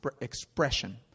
expression